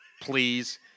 please